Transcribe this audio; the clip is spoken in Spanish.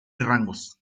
rangos